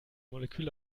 molekül